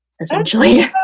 essentially